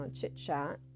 chit-chat